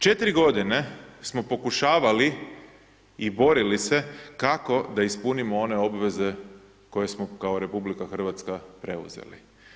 Četiri godine smo pokušavali i borili se kako da ispunimo one obveze koje smo kao RH preuzeli.